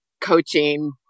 coaching